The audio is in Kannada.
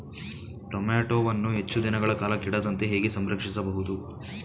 ಟೋಮ್ಯಾಟೋವನ್ನು ಹೆಚ್ಚು ದಿನಗಳ ಕಾಲ ಕೆಡದಂತೆ ಹೇಗೆ ಸಂರಕ್ಷಿಸಬಹುದು?